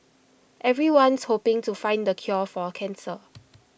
everyone's hoping to find the cure for cancer